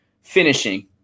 finishing